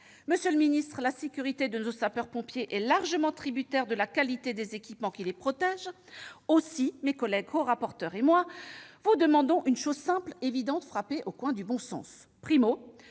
Monsieur le ministre, la sécurité de nos sapeurs-pompiers est largement tributaire de la qualité des équipements qui les protègent. Aussi, mes collègues corapporteurs et moi-même vous demandons un geste simple, évident, frappé au coin du bon sens :